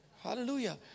Hallelujah